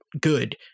good